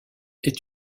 est